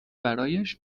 برایش